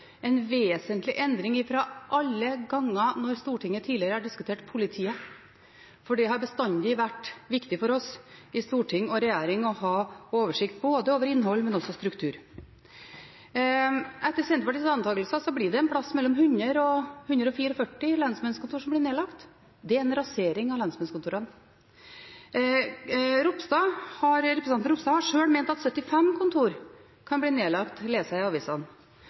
en vesentlig endring fra alle de gangene Stortinget tidligere har diskutert politiet. Det har bestandig vært viktig for oss i storting og regjering å ha oversikt over både innhold og struktur. Etter Senterpartiets antakelser blir det et sted mellom 100 og 144 lensmannskontor som blir nedlagt. Det er en rasering av lensmannskontorene. Representanten Ropstad har sjøl ment at 75 kontor kan bli nedlagt, leser jeg i avisene.